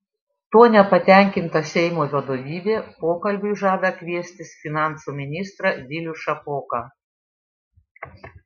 tuo nepatenkinta seimo vadovybė pokalbiui žada kviestis finansų ministrą vilių šapoką